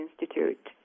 Institute